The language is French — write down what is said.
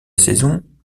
saison